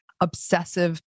obsessive